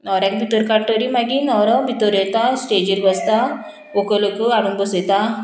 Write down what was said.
न्होवऱ्याक भितर काडटरी मागीर न्होवरो भितर येता स्टेजीर बसता व्हंकल लोक हाडून बसयता